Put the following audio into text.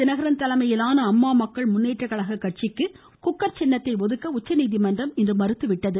தினகரன் தலைமையிலான அம்மா மக்கள் முன்னேற்றக் கழக கட்சிக்கு குக்கர் சின்னத்தை ஒதுக்க உச்சநீதிமன்றம் இன்று மறுத்துவிட்டது